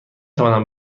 توانم